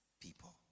people